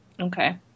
Okay